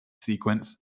sequence